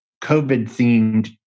COVID-themed